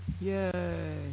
yay